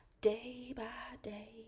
day-by-day